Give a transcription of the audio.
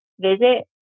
visit